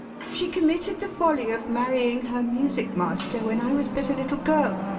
she committed the folly of marrying her music master when i was but a little girl,